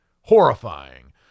horrifying